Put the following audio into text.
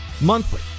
monthly